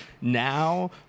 now